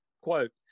Quote